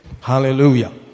Hallelujah